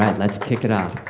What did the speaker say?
um let's kick it off